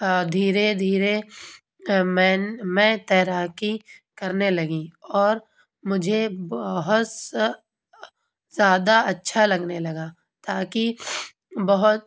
دھیرے دھیرے میں میں تیراکی کرنے لگی اور مجھے بہت زیادہ اچھا لگنے لگا تاکہ بہت